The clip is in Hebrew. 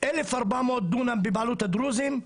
אלף ארבע מאות דונם בבעלות הדרוזים,